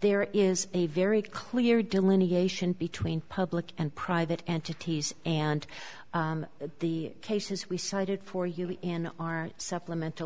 there is a very clear delineation between public and private entities and the cases we cited for you in our supplement